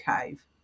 cave